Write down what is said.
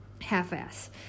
half-ass